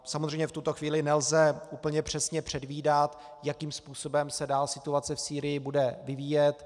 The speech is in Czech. Samozřejmě v tuto chvíli nelze úplně přesně předvídat, jakým způsobem se dál situace v Sýrii bude vyvíjet.